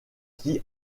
qui